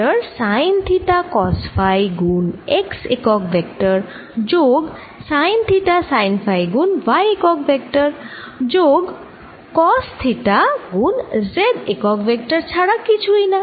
r একক vector sine theta cos phi গুণ x একক ভেক্টর যোগ সাইন থিটা সাইন ফাই গুণ y একক ভেক্টর যোগ কস থিটা গুণ z একক ভেক্টর ছাড়া কিছুই না